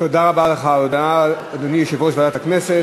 תודה לך על ההודעה, אדוני יושב-ראש ועדת הכנסת.